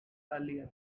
earlier